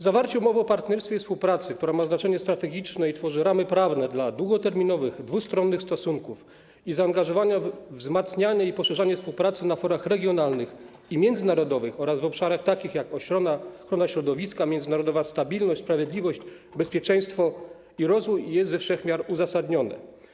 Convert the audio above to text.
Zawarcie umowy o partnerstwie i współpracy, która ma znaczenie strategiczne i tworzy ramy prawne dla długoterminowych dwustronnych stosunków, i zaangażowane wzmacnianie i poszerzanie współpracy na forach regionalnych i międzynarodowych oraz w takich obszarach, jak ochrona środowiska, międzynarodowa stabilność, sprawiedliwość, bezpieczeństwo i rozwój, są ze wszech miar uzasadnione.